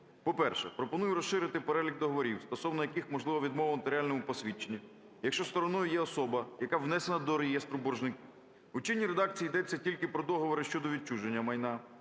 По-перше, пропоную розширити перелік договорів, стосовно яких можливо відмовити у нотаріальному посвідченні, якщо стороною є особа, яка внесена до реєстру боржників. У чинній редакції йдеться тільки про договори щодо відчуження майна.